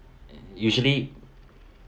usually